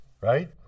Right